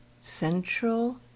central